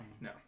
No